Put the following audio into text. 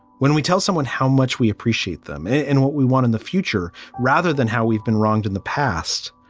when we tell someone how much we appreciate them and what we want in the future rather than how we've been wronged in the past,